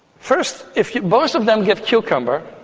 first, if both of them get cucumber,